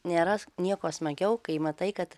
nėra nieko smagiau kai matai kad